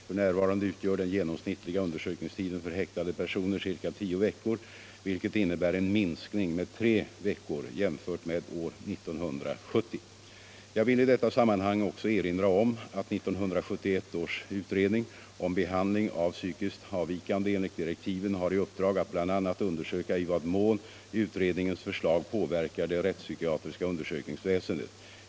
F.n. utgör den genomsnittliga undersökningstiden för häktade personer ca tio veckor, vilket innebär en minskning med tre veckor Jag vill i detta sammanhang också erinra om att 1971 års utredning om behandling av psykiskt avvikande enligt direktiven har i uppdrag att bl.a. undersöka i vad mån utredningens förslag påverkar det rättspsykiatriska undersökningsväsendet.